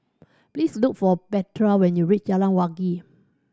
please look for Petra when you reach Jalan Wangi